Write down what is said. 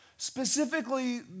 Specifically